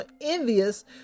envious